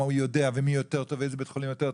הוא יודע ומי יותר טוב ואיזה בית חולים יותר טוב,